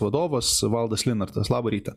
vadovas valdas linartas labą rytą